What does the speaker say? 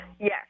Yes